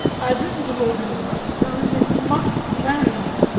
i have written to lord illingworth to tell him that he must marry you.